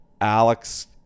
Alex